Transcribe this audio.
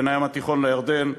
בין הים התיכון לירדן.